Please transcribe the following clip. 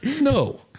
No